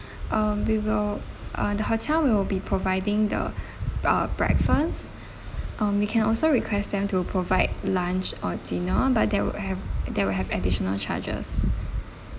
um we will uh the hotel will be providing the uh breakfast um you can also request them to provide lunch or dinner but that would have that would have additional charges